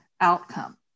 outcome